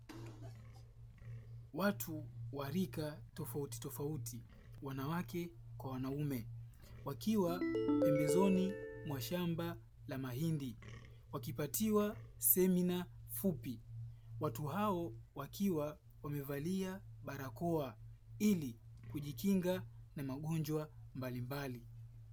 Watu wa rika tofauti tofauti wanawake kwa wanaume wakiwa pembezoni mwa shamba la mahindi wakipatiwa semina fupi, watu hao wakiwa wamevalia barakoa ili kujikinga na magonjwa mbalimbali.